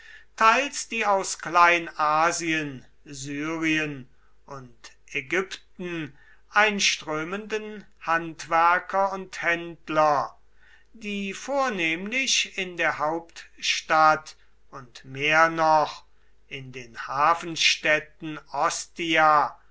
teils die aus kleinasien syrien und ägypten einströmenden handwerker und händler die vornehmlich in der hauptstadt und mehr noch in den hafenstädten ostia